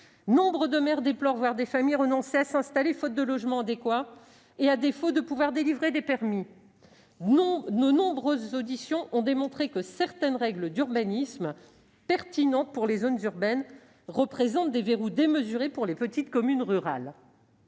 Nombre de maires déplorent que des familles renoncent à s'installer faute de trouver un logement adéquat ou d'obtenir un permis de construire. Nos nombreuses auditions ont démontré que certaines règles d'urbanisme, pertinentes pour les zones urbaines, représentent des verrous excessifs pour les petites communes rurales.